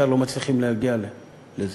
השאר לא מצליחים להגיע לזה.